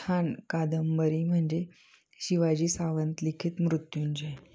छान कादंबरी म्हणजे शिवाजी सावंत लिखित मृत्यूंजय